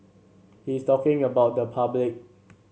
he's talking about the public